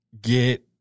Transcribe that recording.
get